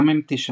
גם אם תישמר